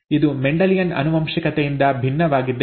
ಇದು ಮೆಂಡೆಲಿಯನ್ ಆನುವಂಶಿಕತೆಯಿಂದ ಭಿನ್ನವಾಗಿದೆ